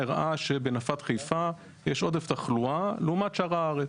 הראה שבנפת חיפה יש עודף תחלואה לעומת שאר הארץ.